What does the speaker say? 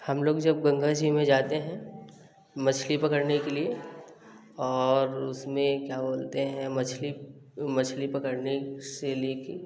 हम लोग जब गंगा जी में जाते हैं मछली पकड़ने के लिए और उसमें क्या बोलते हैं मछली मछली पकड़ने से ले कर